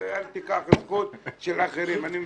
אל תיקח זכות של אחרים, אני מבקש.